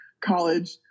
college